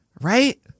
right